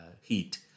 heat